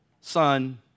Son